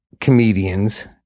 comedians